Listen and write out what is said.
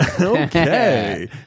Okay